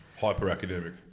Hyper-academic